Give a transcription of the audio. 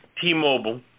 T-Mobile